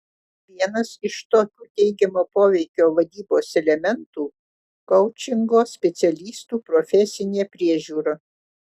vienas iš tokių teigiamo poveikio vadybos elementų koučingo specialistų profesinė priežiūra